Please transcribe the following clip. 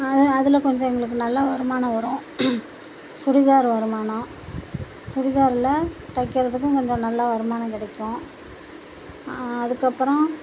அதில் கொஞ்சம் எங்களுக்கு நல்ல வருமானம் வரும் சுடிதார் வருமானம் சுடிதாரில் தைக்கிறதுக்கும் கொஞ்சம் நல்ல வருமானம் கிடைக்கும் அதுக்கப்புறம்